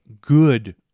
good